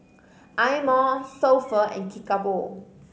Eye Mo So Pho and Kickapoo